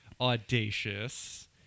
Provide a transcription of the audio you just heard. audacious